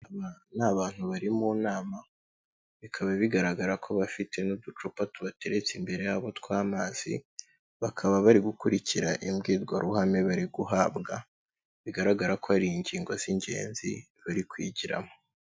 Ni abantu bari mu nama, bikaba bigaragara ko bafite n'uducupa tubateretse imbere yabo tw'amazi, bakaba bari gukurikira imbwirwaruhame bari guhabwa. Bigaragara ko hari ingingo z'ingenzi bari kwigiramo.